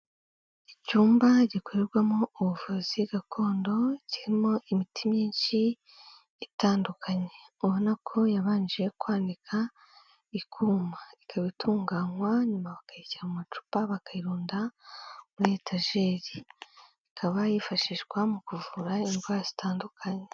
Icyumba gikorerwamo ubuvuzi gakondo kirimo imiti myinshi itandukanye, ubona ko yabanje kwanika ikuma, ikaba itunganywa nyuma bakayishyira mu macupa bakayirunda muri etajeri. Ikaba yifashishwa mu kuvura indwara zitandukanye.